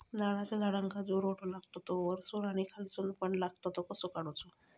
नारळाच्या झाडांका जो रोटो लागता तो वर्सून आणि खालसून पण लागता तो कसो काडूचो?